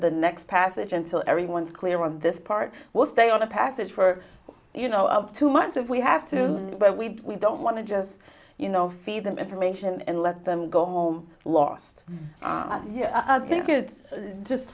the next passage until everyone's clear on this part will stay on a passage for you know of two months of we have to but we don't want to just you know feed them information and let them go home last year i think it's just